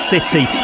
City